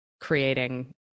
creating